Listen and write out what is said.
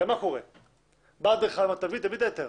בא האדריכל ואומר לו להביא את ההיתר